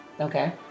Okay